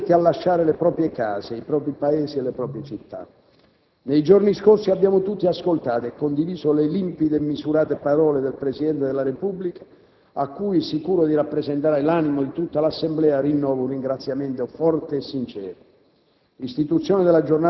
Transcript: e di coloro costretti a lasciare le proprie case, i propri paesi e le proprie città. Nei giorni scorsi abbiamo tutti ascoltato e condiviso le limpide e misurate parole del Presidente della Repubblica a cui, sicuro di rappresentare l'animo di tutta l'Assemblea, rinnovo un ringraziamento forte e sincero.